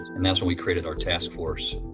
and that's when we created our task force.